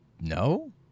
No